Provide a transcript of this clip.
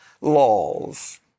laws